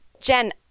Jen